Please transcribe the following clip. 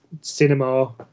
cinema